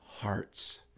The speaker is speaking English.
hearts